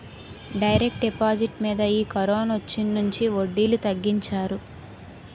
direct deposit మీద ఈ కరోనొచ్చినుంచి వడ్డీలు తగ్గించారు